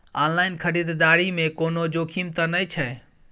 Online खरीददारी में कोनो जोखिम त नय छै?